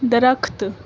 درخت